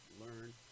learn